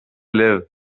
live